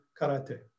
karate